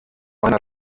einer